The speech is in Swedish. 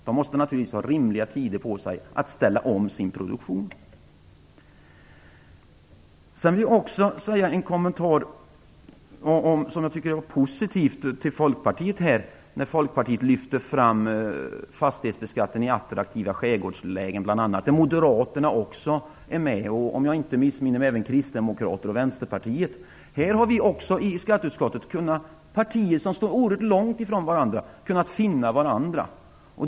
De måste naturligtvis ha rimliga frister för omställning av sin produktion. Jag vill också göra en positiv kommentar till Folkpartiet, som har lyft fram frågan om fastighetsbeskattningen i bl.a. attraktiva skärgårdslägen. Också Moderaterna, Vänsterpartiet och, om jag inte missminner mig, också Kristdemokraterna har anslutit sig. Här har partier som står oerhört långt från varandra kunnat finna varandra i skatteutskottet.